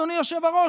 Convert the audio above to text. אדוני היושב-ראש?